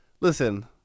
Listen